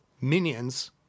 minions